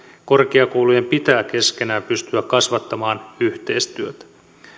korkeakoulujen pitää keskenään pystyä kasvattamaan yhteistyötä